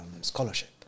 scholarship